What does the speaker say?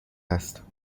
است